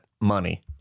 money